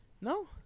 No